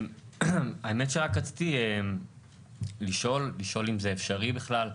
האמת היא שרציתי לשאול, לשאול אם זה אפשרי בכלל,